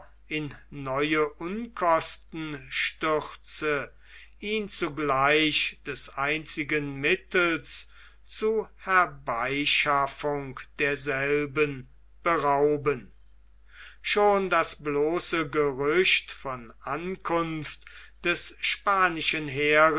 in neue unkosten stürze ihn zugleich des einzigen mittels zur herbeischaffung derselben berauben schon das bloße gerücht von ankunft des spanischen heers